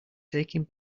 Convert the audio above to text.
taking